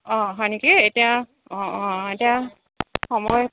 অঁ হয় নেকি এতিয়া অঁ অঁ এতিয়া সময়